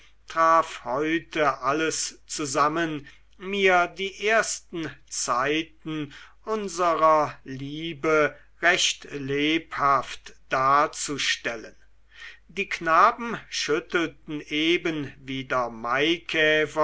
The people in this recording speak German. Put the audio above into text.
traf heute alles zusammen mir die ersten zeiten unserer liebe recht lebhaft darzustellen die knaben schüttelten eben wieder maikäfer